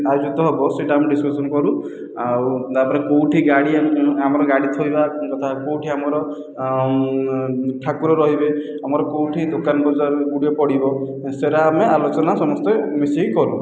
ଆୟୋଜିତ ହେବ ସେହିଟା ଆମେ ଡିସ୍କସନ କରୁ ଆଉ ତା'ପରେ କେଉଁଠି ଗାଡ଼ି ଆମେ ଆମର ଗାଡ଼ି ଥୋଇବା କଥା କେଉଁଠି ଆମର ଠାକୁର ରହିବେ ଆମର କେଉଁଠି ଦୋକାନ ବଜାର ଗୁଡ଼ିଏ ପଡ଼ିବ ସେରା ଆମେ ଆଲୋଚନା ସମସ୍ତେ ମିଶିକି କରୁ